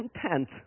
content